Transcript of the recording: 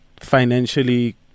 financially